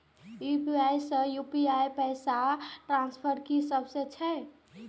UPI से UPI पैसा transfer की सके छी?